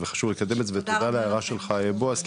וחשוב לקדם את זה ותודה על ההערה שלך בועז,